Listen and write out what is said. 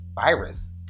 virus